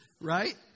Right